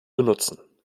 benutzen